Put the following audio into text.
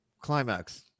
climax